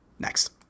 Next